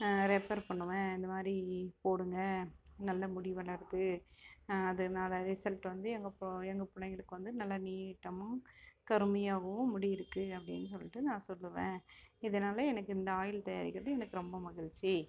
refer பண்ணுவேன் இந்த மாதிரி போடுங்க நல்ல முடி வளருது அதனால் ரிசல்ட் வந்து எங்கள் பிள்ளைங்களுக்கு வந்து நீட்டமாக கருமையாகவோ முடி இருக்குது அப்படினு சொல்லிட்டு நான் சொல்லுவேன் இதனால் எனக்கு இந்த ஆயில் தயாரிக்கிறது எனக்கு ரொம்ப மகிழ்ச்சி